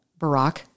Barack